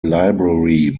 library